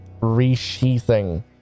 resheathing